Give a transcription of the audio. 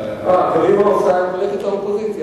קדימה עושה את מלאכת האופוזיציה?